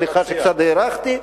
וסליחה שקצת הארכתי.